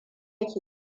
ke